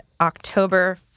October